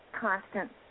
constant